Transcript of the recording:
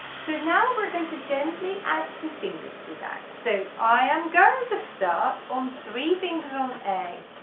so now we're going to gently add some fingers to that so i am going to start on three fingers on a,